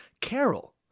Carol